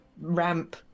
ramp